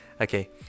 okay